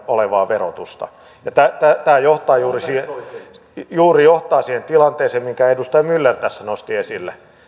olevaa verotusta ja tämä johtaa juuri siihen tilanteeseen minkä edustaja myller tässä nosti esille